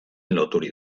loturik